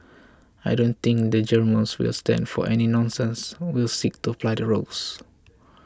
I don't think the Germans will stand for any nonsense will seek to apply the rules